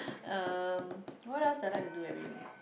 um what else did I like do every week